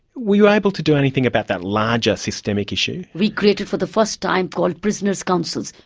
were you able to do anything about that larger systemic issue? we created for the first time called prisoners' councils.